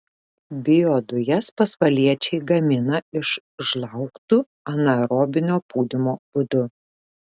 biodujas pasvaliečiai gamina iš žlaugtų anaerobinio pūdymo būdu